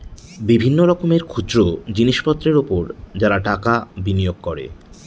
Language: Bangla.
বিভিন্ন রকমের খুচরো জিনিসপত্রের উপর যারা টাকা বিনিয়োগ করে